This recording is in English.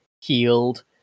healed